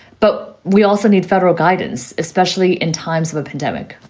but we also need federal guidance, especially in times of a pandemic